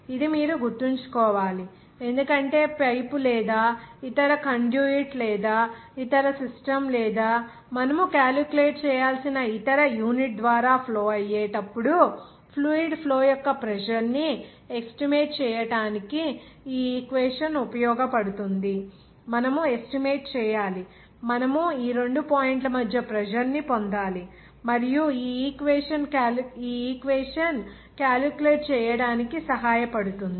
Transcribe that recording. ఇది మీరు గుర్తుంచుకోవాలి ఎందుకంటే పైపు లేదా ఇతర కండ్యూట్ లేదా ఇతర సిస్టమ్ లేదా మనము క్యాలిక్యులేట్ చేయాల్సిన ఇతర యూనిట్ ద్వారా ఫ్లో అయ్యేటప్పుడు ఫ్లూయిడ్ ఫ్లో యొక్క ప్రెజర్ ని ఎస్టిమేట్ చేయడానికి ఈ ఈక్వేషన్ ఉపయోగపడుతుంది మనము ఎస్టిమేట్ చేయాలి మనము రెండు పాయింట్ల మధ్య ప్రెజర్ ని పొందాలి మరియు ఈ ఈక్వేషన్ క్యాలిక్యులేట్ చేయడానికి సహాయపడుతుంది